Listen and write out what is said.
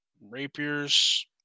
rapiers